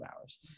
hours